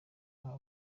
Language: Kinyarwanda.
nta